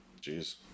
Jeez